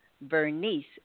Bernice